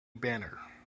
banner